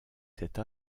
cette